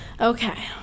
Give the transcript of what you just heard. Okay